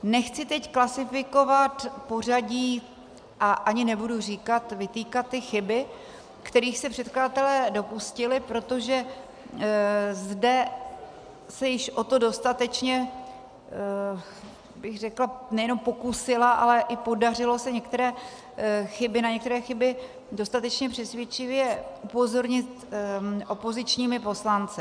Nechci teď klasifikovat pořadí a ani nebudu říkat, vytýkat ty chyby, kterých se předkladatelé dopustili, protože zde se již o to dostatečně, bych řekla, nejenom pokusila, ale i podařilo se na některé chyby dostatečně přesvědčivě upozornit opozičními poslanci.